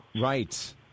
right